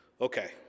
Okay